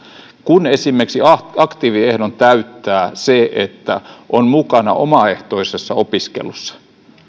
kun esimerkiksi aktiiviehdon täyttää se että on mukana omaehtoisessa opiskelussa